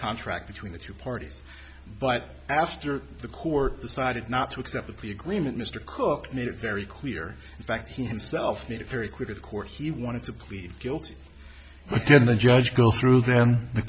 contract between the two parties but after the court decided not to accept the plea agreement mr cook made it very clear in fact he himself made it very quick of course he wanted to plead guilty but then the judge goes through then the